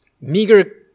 meager